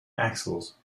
axles